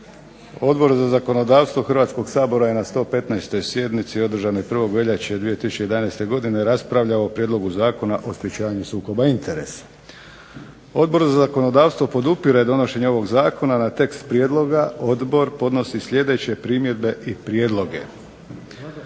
Odbor za zakonodavstvo Hrvatskog sabora je na 115. sjednici održanoj 1. veljače 2011. godine raspravljao o Prijedlogu Zakona o sprječavanju sukoba interesa. Odbor za zakonodavstvo podupire donošenje ovog zakona, na tekst prijedloga odbor podnosi sljedeće primjedbe i prijedloge.